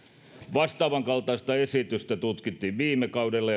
vastaavan kaltaista esitystä tutkittiin viime kaudella